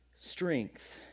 strength